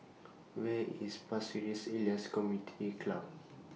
Where IS Pasir Ris Elias Community Club